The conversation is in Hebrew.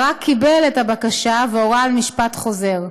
ברק קיבל את הבקשה והורה על משפט חוזר.